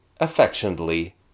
affectionately